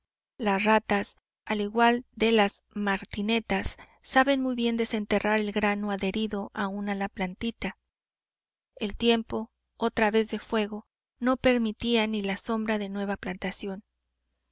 las ratas al igual de las martinetas saben muy bien desenterrar el grano adherido aún a la plantita el tiempo otra vez de fuego no permitía ni la sombra de nueva plantación